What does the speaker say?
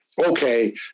okay